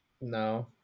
No